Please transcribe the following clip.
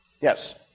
Yes